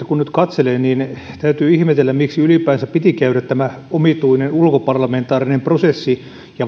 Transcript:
kun nyt katselee niin täytyy ihmetellä miksi ylipäänsä piti käydä tämä omituinen ulkoparlamentaarinen prosessi ja